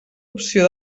opció